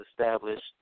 established